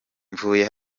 mvuye